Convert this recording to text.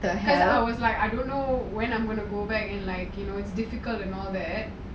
I like I don't know when I'm going to go back and like you know it's difficult to know that